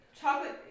Chocolate